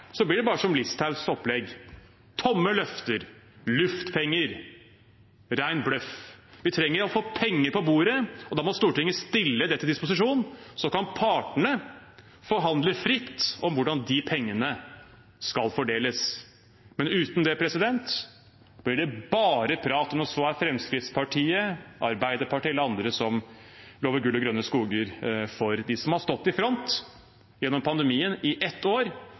blir det bare som Listhaugs opplegg: tomme løfter, luftpenger, ren bløff. Vi trenger å få penger på bordet, og da må Stortinget stille det til disposisjon, og så kan partene forhandle fritt om hvordan de pengene skal fordeles. Uten det blir det bare prat, om det så er Fremskrittspartiet, Arbeiderpartiet eller andre som lover gull og grønne skoger for dem som har stått i front gjennom pandemien i ett år,